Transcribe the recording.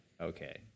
Okay